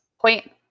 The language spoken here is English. Point